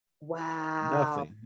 Wow